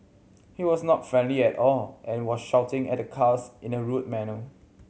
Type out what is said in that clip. he was not friendly at all and was shouting at the cars in a rude manner